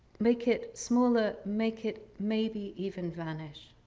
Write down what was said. make it smaller, make it maybe even vanish.